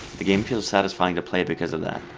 the game feels satisfying to play because of that.